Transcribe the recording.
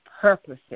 purposes